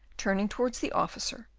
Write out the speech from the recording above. turning towards the officer,